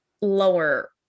lower